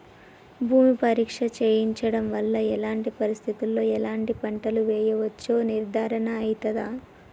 భూమి పరీక్ష చేయించడం వల్ల ఎలాంటి పరిస్థితిలో ఎలాంటి పంటలు వేయచ్చో నిర్ధారణ అయితదా?